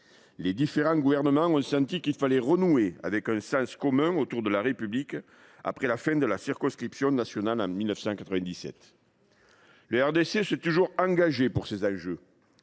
Les différents gouvernements ont senti qu’il fallait renouer avec un sens commun autour de la République après la fin de la conscription nationale en 1997. Le groupe du RDSE s’est toujours engagé pour ces enjeux.